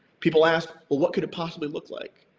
people ask, well, what could it possibly look like?